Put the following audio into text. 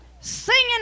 Singing